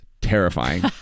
terrifying